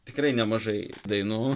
tikrai nemažai dainų